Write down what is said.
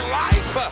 life